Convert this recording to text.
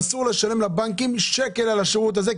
אסור לשלם לבנקים שקל על השירות הזה,